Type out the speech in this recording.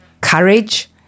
courage